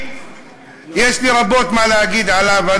ויש לי רבות מה להגיד עליו.